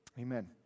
Amen